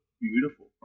beautiful